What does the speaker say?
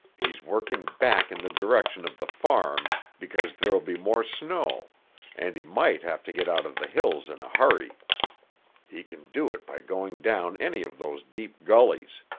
he's working back in the direction of the farm because there'll be more snow and he might have to get out of the hills in a hurry he can do it by going down any of those deep gullys.